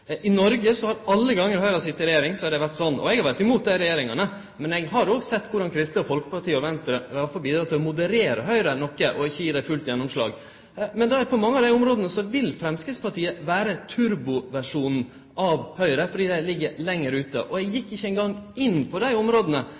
I Noreg har det, alle dei gongene Høgre har sete i regjering, vore sånn. Eg har vore imot dei regjeringane, men eg har òg sett korleis Kristeleg Folkeparti og Venstre har bidrege til å moderere Høgre noko og ikkje gje dei fullt gjennomslag. På mange av dei områda vil Framstegspartiet vere turboversjonen av Høgre, fordi partiet ligg lenger ut. Og eg gjekk ikkje eingong inn på dei områda